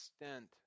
extent